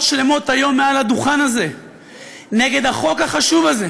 שלמות היום מעל הדוכן הזה נגד החוק החשוב הזה,